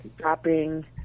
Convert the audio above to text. dropping